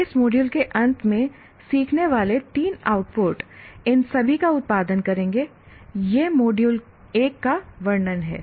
इस मॉड्यूल के अंत में सीखने वाले 3 आउटपुट इन सभी का उत्पादन करेंगे यह मॉड्यूल 1 का वर्णन है